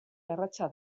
garratza